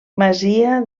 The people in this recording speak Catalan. masia